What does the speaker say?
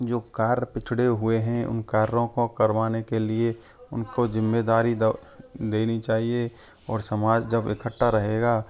जो कार्य पिछड़े हुए हैं उन कार्यों को करवाने के लिए उनको ज़िम्मेदारी दो देनी चाहिए और समाज जब इकट्ठा रहेगा